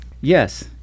Yes